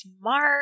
smart